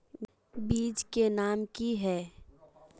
बीज के नाम की हिये?